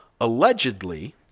Allegedly